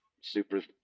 super